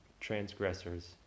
transgressors